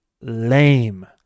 lame